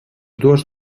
dues